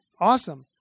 Awesome